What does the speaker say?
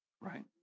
Right